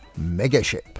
megaship